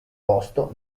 posto